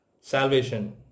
salvation